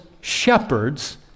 shepherds